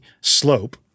slope